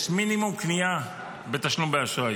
יש מינימום קנייה בתשלום באשראי.